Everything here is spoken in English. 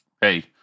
hey